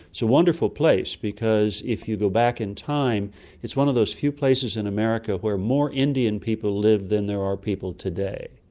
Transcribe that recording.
it's a wonderful place because if you go back in time it's one of those few places in america where more indian people live than there are people today.